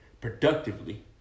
productively